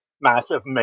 massive